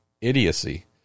idiocy